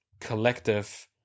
collective